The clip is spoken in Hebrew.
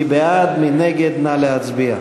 מי בעד, מי נגד, נא להצביע.